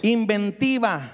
Inventiva